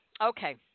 Okay